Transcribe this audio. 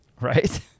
Right